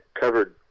covered